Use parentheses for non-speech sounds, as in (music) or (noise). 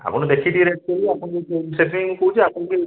ଆପଣ ଦେଖିକି ଟିକେ ରେଟ୍ କରିବେ ଆପଣ (unintelligible) ମୁଁ ସେଥିପାଇଁ କହୁଛି ଆପଣ ଟିକେ